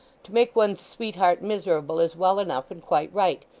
to make one's sweetheart miserable is well enough and quite right,